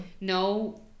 no